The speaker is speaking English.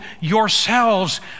yourselves